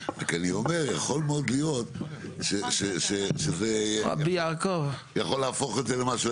רק אני אומר יכול להיות מאוד להיות שזה יכול להפוך את זה למשהו.